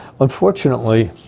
unfortunately